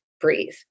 breathe